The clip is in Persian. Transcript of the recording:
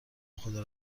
خدا